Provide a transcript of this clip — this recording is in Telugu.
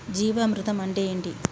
జీవామృతం అంటే ఏంటి?